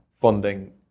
funding